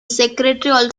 secretary